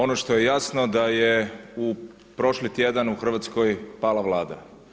Ono što je jasno da je prošli tjedan u Hrvatskoj pala Vlada.